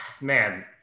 man